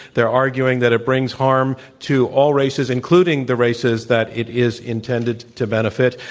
they're arguing that it brings harm to all races, including the races that it is intended to benefit.